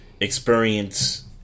experience